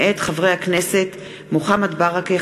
מאת חברי הכנסת מוחמד ברכה,